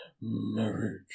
marriage